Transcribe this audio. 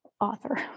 author